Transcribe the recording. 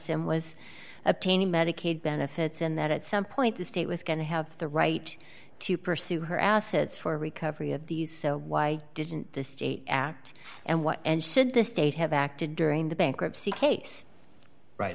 him was obtaining medicaid benefits and that at some point the state was going to have the right to pursue her assets for recovery of these so why didn't the state act and what and should the state have acted during the bankruptcy